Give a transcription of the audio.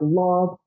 love